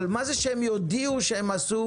מה זה שהם יודיעו שהם עשו,